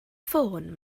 fôn